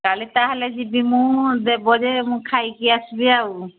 କାଲି ତା'ହେଲେ ଯିବି ମୁଁ ଦେବ ଯେ ମୁଁ ଖାଇକି ଆସିବି ଆଉ